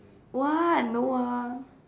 what no ah